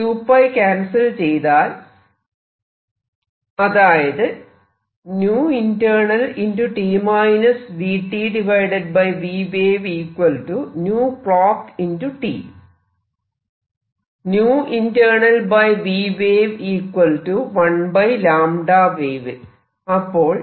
2𝜋 cancel ചെയ്താൽ അതായത് 𝜈internal vwave 1 𝜆wave അപ്പോൾ